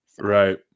Right